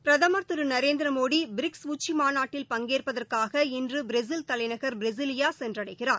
பிரதமர் திரு நரேந்திர மோடி பிரிக்ஸ் உச்சி மாநாட்டில் பங்கேற்பதற்காக இன்று பிரேசில் தலைநகர் பிரஸிலியா சென்றடைகிறார்